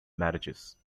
marriages